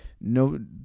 No